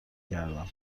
کردم